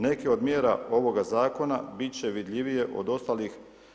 Neke od mjera ovoga Zakona biti će vidljivije od ostalih.